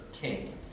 king